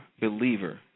believer